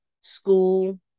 school